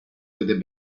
with